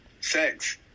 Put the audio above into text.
Sex